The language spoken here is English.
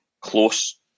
close